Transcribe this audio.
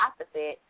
opposite